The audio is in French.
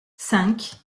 cinq